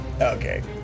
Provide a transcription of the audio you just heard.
Okay